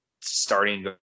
starting